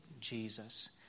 Jesus